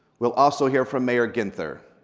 we'll also hear from mayor ginther.